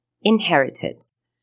inheritance